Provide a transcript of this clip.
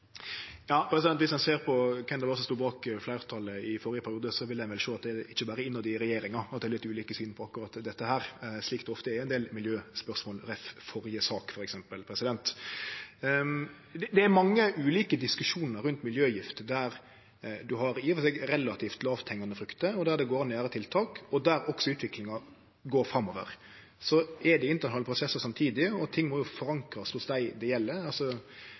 Viss ein ser på kven som stod bak fleirtalet i førre periode, vil ein vel sjå at det ikkje berre er innetter i regjeringa at det er litt ulike syn på akkurat dette, slik det ofte er i ein del miljøspørsmål – ref. førre sak, f.eks. Det er mange ulike diskusjonar rundt miljøgifter der ein i og for seg har relativt lågthengjande frukter, og der det går an å gjere tiltak, og der også utviklinga går framover. Så er det internasjonale prosessar samtidig, og ting må jo forankrast hos dei det gjeld.